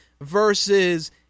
versus